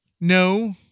No